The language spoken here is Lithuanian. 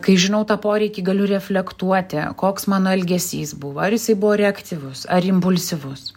kai žinau tą poreikį galiu reflektuoti koks mano elgesys buvo ar jisai buvo reaktyvus ar impulsyvus